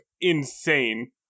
insane